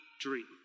dream